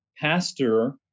pastor